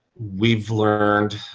we've learned,